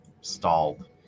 stalled